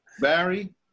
Barry